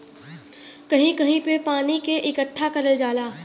कहीं कहीं पे पानी के इकट्ठा करल जाला